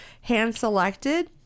hand-selected